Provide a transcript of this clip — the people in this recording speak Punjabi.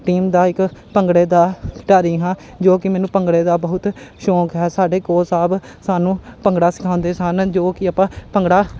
ਟੀਮ ਦਾ ਇੱਕ ਭੰਗੜੇ ਦਾ ਖਿਡਾਰੀ ਹਾਂ ਜੋ ਕਿ ਮੈਨੂੰ ਭੰਗੜੇ ਦਾ ਬਹੁਤ ਸ਼ੌਂਕ ਹੈ ਸਾਡੇ ਕੋਚ ਸਾਹਿਬ ਸਾਨੂੰ ਭੰਗੜਾ ਸਿਖਾਉਂਦੇ ਸਨ ਜੋ ਕਿ ਆਪਾਂ ਭੰਗੜਾ